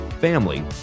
family